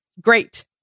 great